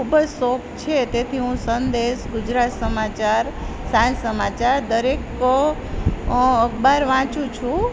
ખૂબ જ શોખ છે તેથી હું સંદેશ ગુજરાત સમાચાર સાંઝ સમાચાર દરેક અખબાર વાંચું છું